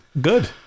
Good